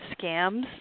scams